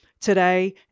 today